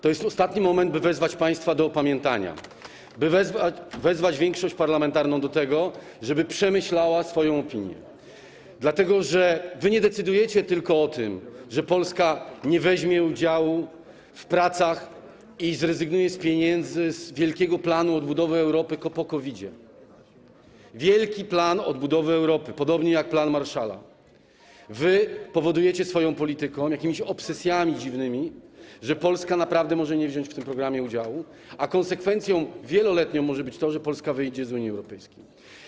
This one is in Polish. To jest ostatni moment, by wezwać państwa do opamiętania się, by wezwać większość parlamentarną do tego, żeby przemyślała swoją opinię, dlatego że wy nie decydujecie tylko o tym, że Polska nie weźmie udziału w pracach i zrezygnuje z pieniędzy, z wielkiego planu odbudowy Europy po COVID, wielkiego planu odbudowy Europy podobnego do planu Marshalla, wy powodujecie swoją polityką, jakimiś obsesjami dziwnymi, że Polska naprawdę może nie wziąć w tym programie udziału, a konsekwencją wieloletnią może być to, że Polska wyjdzie z Unii Europejskiej.